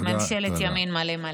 ממשלת ימין מלא מלא.